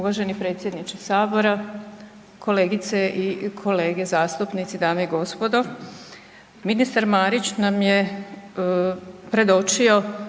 Uvažani predsjedniče sabora, kolegice i kolege zastupnici, dame i gospodo, ministar Marić nam je predočio